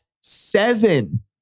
seven